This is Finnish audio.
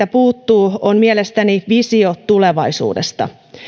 siitä puuttuu on mielestäni visio tulevaisuudesta